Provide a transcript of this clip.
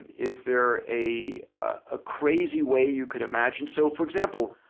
and is there a ah crazy way you could imagine. so for example,